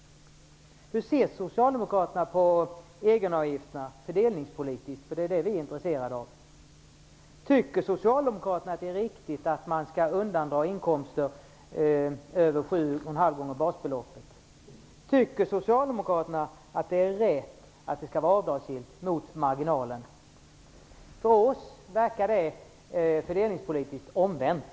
Hur ser socialdemokraterna på egenavgifterna fördelningspolitiskt? Det är vi intresserade av. Tycker socialdemokraterna att det är riktigt att man skall undandra inkomster över sju och en halv gånger basbeloppet? Tycker socialdemokraterna att det är rätt att det är avdragsgillt? För oss verkar det vara fördelningspolitiskt omvänt.